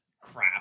crap